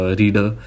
reader